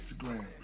Instagram